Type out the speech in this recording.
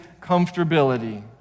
comfortability